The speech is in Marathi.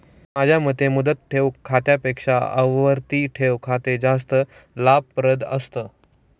माझ्या मते मुदत ठेव खात्यापेक्षा आवर्ती ठेव खाते जास्त लाभप्रद असतं